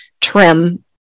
trim